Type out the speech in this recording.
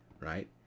right